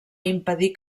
impedir